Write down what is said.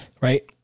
right